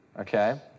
okay